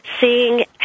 seeing